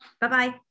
Bye-bye